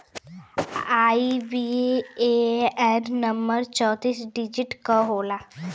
IBAN number चौतीस digit क होला